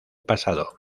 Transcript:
pasado